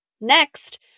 Next